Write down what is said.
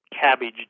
cabbage